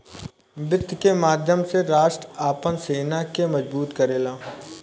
वित्त के माध्यम से राष्ट्र आपन सेना के मजबूत करेला